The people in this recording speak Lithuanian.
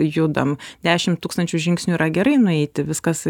judam dešim tūkstančių žingsnių yra gerai nueiti viskas